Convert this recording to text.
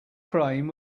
crane